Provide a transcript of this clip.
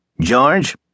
George